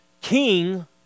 king